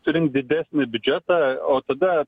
surinkt didesnį biudžetą o tada